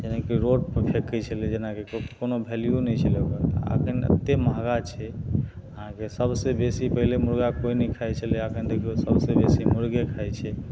जेनाकि रोड पर फेकय छलै जेनाकि कोनो वैल्यूवे नहि छलै ओकर एखन एते महगा छै अहाँके सबसँ बेसी पहिले मुर्गा कोइ नहि खाइ छलै एखन देखियौ सबसँ बेसी मुर्गे खाइ छै